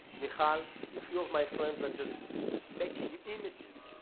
michal, a few of my friends, are just making images.